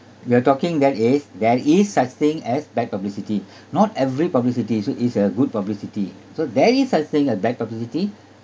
we are talking that is there is such thing as bad publicity not every publicity is su~ is a good publicity so there is such thing a bad publicity